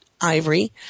ivory